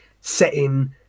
setting